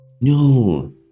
No